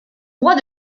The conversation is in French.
droit